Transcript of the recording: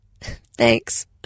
Thanks